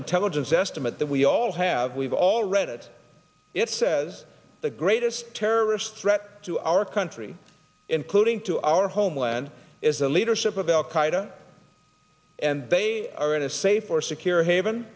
intelligence estimate that we all have we've all read it it says the greatest terrorist threat to our country including to our homeland is the leadership of al qaida and they are in a safe or secure haven